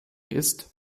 ist